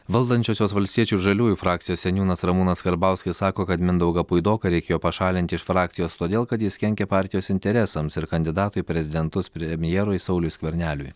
valdančiosios valstiečių žaliųjų frakcijos seniūnas ramūnas karbauskis sako kad mindaugą puidoką reikėjo pašalinti iš frakcijos todėl kad jis kenkia partijos interesams ir kandidatų į prezidentus premjerui sauliui skverneliui